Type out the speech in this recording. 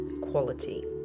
quality